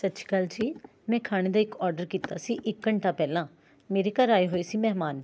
ਸਤਿ ਸ਼੍ਰੀ ਅਕਾਲ ਜੀ ਮੈਂ ਖਾਣੇ ਦਾ ਇੱਕ ਓਡਰ ਕੀਤਾ ਸੀ ਇੱਕ ਘੰਟਾ ਪਹਿਲਾਂ ਮੇਰੇ ਘਰ ਆਏ ਹੋਏ ਸੀ ਮਹਿਮਾਨ